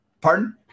Pardon